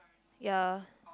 ya